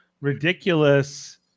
ridiculous